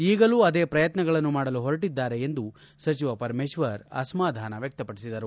ಈಗಲೂ ಅದೇ ಪ್ರಯತ್ನಗಳನ್ನು ಮಾಡಲು ಹೊರಟಿದ್ದಾರೆ ಎಂದು ಸಚಿವ ಪರಮೇಶ್ವರ್ ಅಸಮಾಧಾನ ವ್ಯಕ್ತಪಡಿಸಿದರು